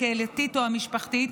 הקהילתית או המשפחתית,